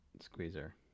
Squeezer